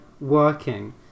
working